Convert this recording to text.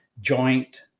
joint